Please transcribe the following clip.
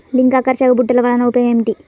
లింగాకర్షక బుట్టలు వలన ఉపయోగం ఏమిటి?